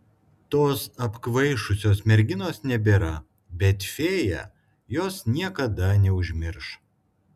tos apkvaišusios merginos nebėra bet fėja jos niekada neužmirš